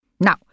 Now